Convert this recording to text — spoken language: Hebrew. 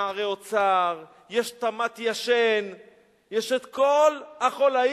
נא להתייחס לעניין ולא לח"כית,